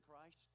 Christ